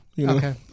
okay